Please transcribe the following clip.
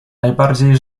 najbardziej